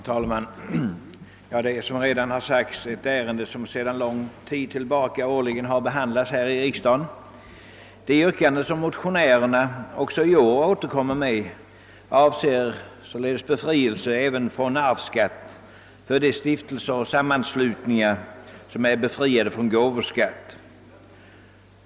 Herr talman! Detta är som redan har sagts ett ärende som sedan lång tid tillbaka årligen har behandlats här i riksdagen. Det yrkande som motionärerna också i år återkommer med avser befrielse även från arvsskatt för de stiftelser och sammanslutningar som är befriade från gåvoskatt.